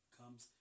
comes